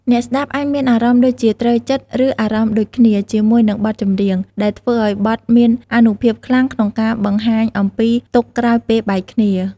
អ្នកស្តាប់អាចមានអារម្មណ៍ដូចជា "ត្រូវចិត្ត" ឬ "អារម្មណ៍ដូចគ្នា" ជាមួយនឹងបទចម្រៀង ដែលធ្វើឲ្យបទមានអានុភាពខ្លាំងក្នុងការបង្ហាញអំពីទុក្ខក្រោយពេលបែកគ្នា។